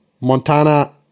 Montana